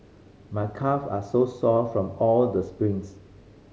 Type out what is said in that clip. my calve are sore from all the sprints